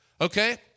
Okay